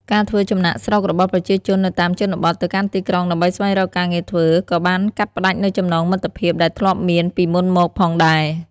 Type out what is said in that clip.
ការធ្វើចំណាកស្រុករបស់ប្រជាជននៅតាមជនបទទៅកាន់ទីក្រុងដើម្បីស្វែងរកការងារធ្វើក៏បានកាត់ផ្តាច់នូវចំណងមិត្តភាពដែលធ្លាប់មានពីមុនមកផងដែរ។